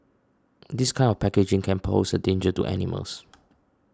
this kind of packaging can pose a danger to animals